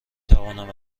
توانم